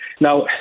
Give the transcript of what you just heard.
Now